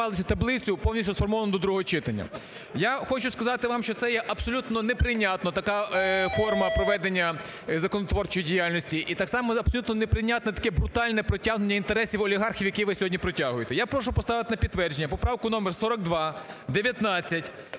Я хочу сказати вам, що це є абсолютно неприйнятно така форма проведення законотворчої діяльності і так само абсолютно неприйнятне таке брутальне притягнення інтересів олігархів, які ви сьогодні протягуєте. Я прошу поставити на підтвердження поправки номер 42,